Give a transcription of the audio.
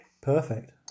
Perfect